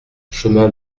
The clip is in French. chemin